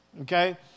Okay